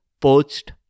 poached